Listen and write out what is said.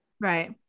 Right